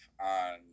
on